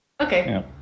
Okay